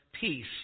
peace